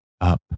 up